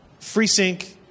FreeSync